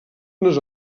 unes